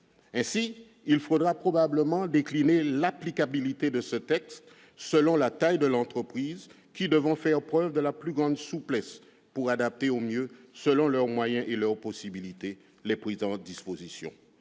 Ainsi, il faudra probablement décliner l'applicabilité de ce texte selon la taille des entreprises. De leur côté, ces dernières devront faire preuve de la plus grande souplesse pour adapter au mieux, selon leurs moyens et leurs possibilités, les présentes dispositions.